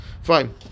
Fine